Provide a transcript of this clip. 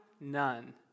none